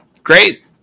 Great